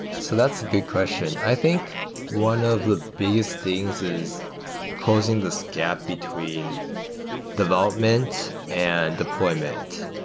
so that's a good question. i think one of the biggest things is closing this gap between development and deployment.